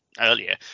earlier